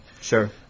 Sure